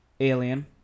Alien